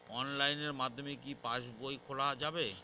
অনলাইনের মাধ্যমে কি পাসবই খোলা যাবে?